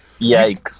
Yikes